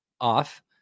off